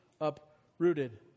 uprooted